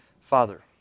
Father